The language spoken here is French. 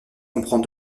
comprend